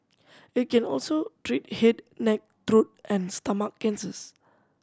it can also treat head neck throat and stomach cancers